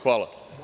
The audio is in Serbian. Hvala.